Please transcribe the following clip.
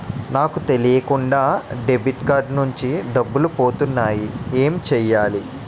నాకు తెలియకుండా debit card నుంచి డబ్బులు పోతున్నాయి ఎం చెయ్యాలి?